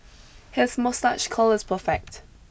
his moustache curl is perfect